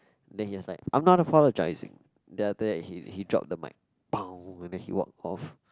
then he was like I'm not apologising then after that he he drop the mic then he walk off